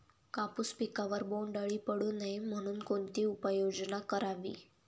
कापूस पिकावर बोंडअळी पडू नये म्हणून कोणती उपाययोजना करावी?